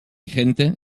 gente